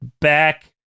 back